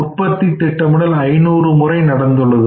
உற்பத்தி திட்டமிடல் 500 முறை நடந்துள்ளது